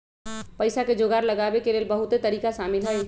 पइसा के जोगार लगाबे के लेल बहुते तरिका शामिल हइ